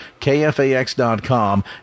kfax.com